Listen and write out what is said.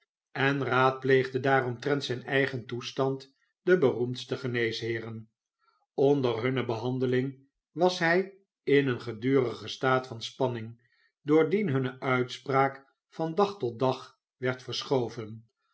en raadpleegde daar omtrent zijn eigen toestand de beroemdste geneesheeren onder hunne behandeling was hij in een gedurigen staat van spanning doordien hunne uitspraak van dag tot dag werd verschoven